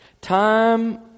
Time